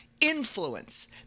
Influence